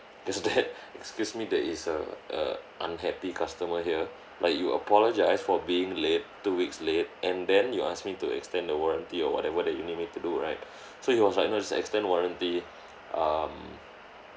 there's that excuse me there is a a unhappy customer here like you apologise for being late two weeks late and then you ask me to extend the warranty or whatever that you need me to do right so he was like no just extend warranty um